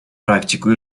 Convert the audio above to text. практику